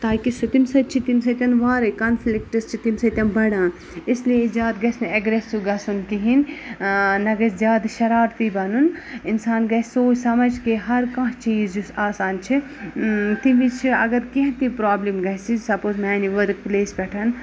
تاکہِ سُہ تمہِ سۭتۍ چھِ تمہِ سۭتۍ وارَے کَنفلِکٹٕز چھِ تمہِ سۭتۍ بَڑان اِسلیے زیادٕ گژھِ نہٕ اٮ۪گرٮ۪سِو گژھُن کِہیٖنۍ نہ گژھِ زیادٕ شَرارتی بَنُن اِنسان گژھِ سونٛچ سَمٕج کے ہرکانٛہہ چیٖز یُس آسان چھِ تٔمِس چھِ اگر کینٛہہ تہِ پرٛابلِم گژھِ سپوز میٛانہِ ؤرٕک پٕلیس پٮ۪ٹھ